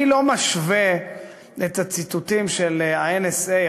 אני לא משווה את הציתותים של ה-NSA,